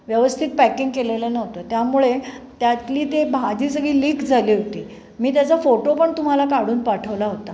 व्यवस्थित पॅकिंग केलेलं नव्हतं त्यामुळे त्यातली ते भाजी सगळी लिक झाली होती मी त्याचा फोटो पण तुम्हाला काढून पाठवला होता